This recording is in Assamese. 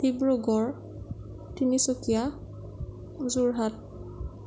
ডিব্ৰুগড় তিনিচুকীয়া যোৰহাট